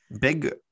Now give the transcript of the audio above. big